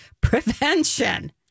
prevention